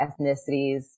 ethnicities